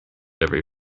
every